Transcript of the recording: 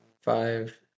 five